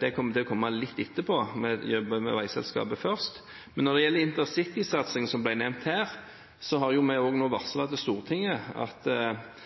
Det kommer til å komme litt etterpå – vi jobber med veiselskapet først. Men når det gjelder intercitysatsingen som ble nevnt, har vi varslet Stortinget om at vi